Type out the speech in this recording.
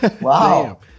Wow